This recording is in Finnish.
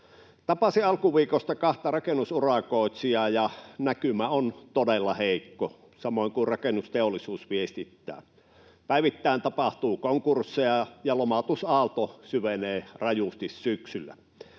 Tapasin alkuviikosta kahta rakennusurakoitsijaa, ja näkymä on todella heikko, samoin kuin rakennusteollisuus viestittää. Päivittäin tapahtuu konkursseja, ja lomautusaalto syvenee rajusti syksyllä.